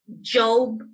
job